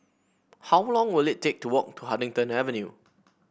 how long will it take to walk to Huddington Avenue